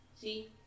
See